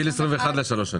גיל 21 זה לשלוש שנים.